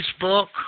Facebook